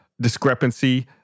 discrepancy